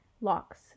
Locks